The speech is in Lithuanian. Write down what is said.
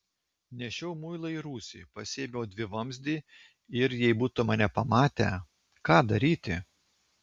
nešiau muilą į rūsį pasiėmiau dvivamzdį ir jei būtų mane pamatę ką daryti